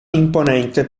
imponente